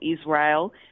Israel